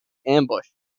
ambushed